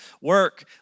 Work